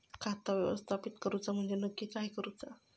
खाता व्यवस्थापित करूचा म्हणजे नक्की काय करूचा?